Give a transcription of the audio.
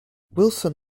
wilson